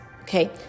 okay